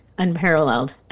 unparalleled